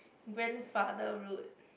grandfather road